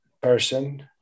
person